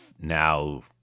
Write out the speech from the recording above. now